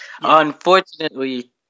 Unfortunately